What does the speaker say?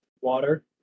Water